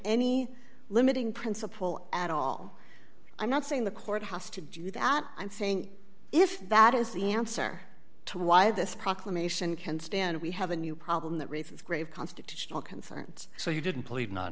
any limiting principle at all i'm not saying the court has to do that i'm saying if that is the answer to why this proclamation can stand we have a new problem that raises grave constitutional concerns so you didn't